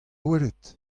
welet